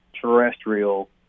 terrestrial